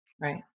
Right